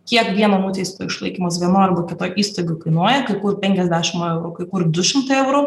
kiek vieno nuteistojo išlaikymas vienoj arba kitoj įstaigoj kainuoja kai kur penkiasdešim eurų kai kur du šimtai eurų